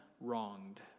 wronged